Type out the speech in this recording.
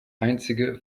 einzige